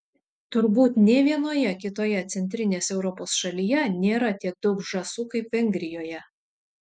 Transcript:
turbūt nė vienoje kitoje centrinės europos šalyje nėra tiek daug žąsų kaip vengrijoje